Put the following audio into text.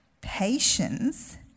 patience